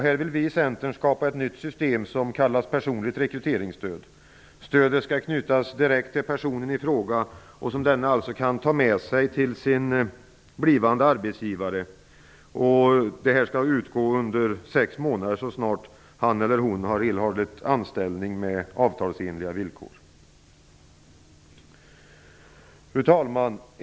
Här vill vi i Centern skapa ett nytt system som kallas personligt rekryteringsstöd. Stödet som skall knytas direkt till personen i fråga skall denne alltså kunna ta med sig till sin blivande arbetsgivare. Rekryteringsstödet skall utgå under sex månader så snart han eller hon har erhållit anställning med avtalsenliga villkor. Fru talman!